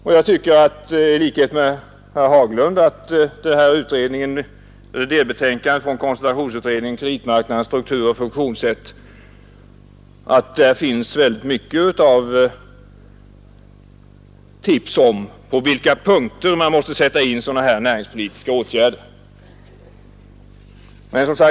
I likhet med herr Haglund tycker jag att det i koncentrationsutredningens delbetänkande ”Kreditmarknadens struktur och funktionssätt” finns många tips om på vilka punkter man måste sätta in näringspolitiska åtgärder.